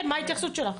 כן, מה ההתייחסות שלך?